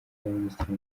minisitiri